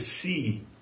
see